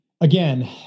again